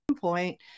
point